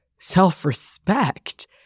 self-respect